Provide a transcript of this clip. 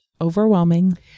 overwhelming